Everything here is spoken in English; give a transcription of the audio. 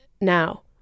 now